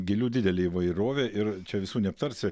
gėlių didelė įvairovė ir čia visų neaptarsi